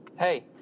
Hey